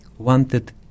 wanted